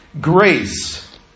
Grace